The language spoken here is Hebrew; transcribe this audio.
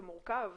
זה מורכב,